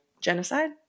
Genocide